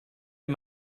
est